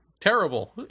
terrible